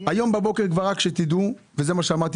הבוקר רק שתדעו וזה מה שאמרתי